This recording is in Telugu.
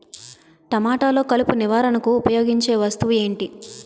టమాటాలో కలుపు నివారణకు ఉపయోగించే వస్తువు ఏంటి?